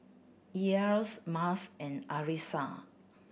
Elyas Mas and Arissa